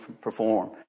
perform